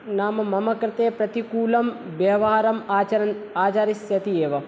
नाम मम कृते प्रतिकूलं व्य वहारम् आचरन् आचरिष्यत्येव